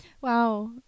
Wow